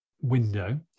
window